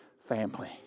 family